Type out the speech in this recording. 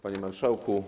Panie Marszałku!